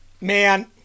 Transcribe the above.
Man